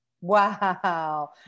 Wow